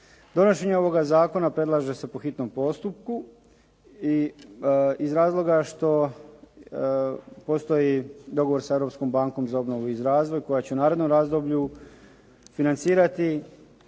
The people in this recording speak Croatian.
Donošenje ovoga zakona predlaže se po hitnom postupku. I iz razloga što postoji dogovor sa Europskom bankom za obnovu i za razvoj koja će u narednom razdoblju financirati